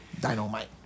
Dynamite